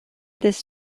this